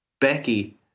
Becky